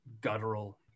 guttural